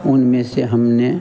उनमें से हमने